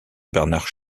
bernard